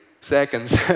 seconds